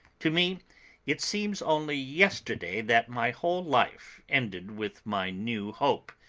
to me it seems only yesterday that my whole life ended with my new hope,